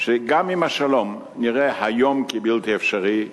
שגם אם השלום נראה היום כבלתי אפשרי,